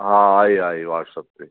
हा आहे आहे व्हाटसअप ते